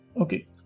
Okay